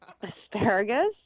Asparagus